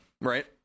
Right